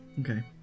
Okay